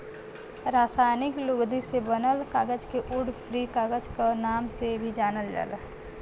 रासायनिक लुगदी से बनल कागज के वुड फ्री कागज क नाम से भी जानल जाला